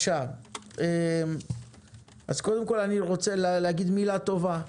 קודם כול אני רוצה להגיד מילה טובה.